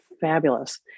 Fabulous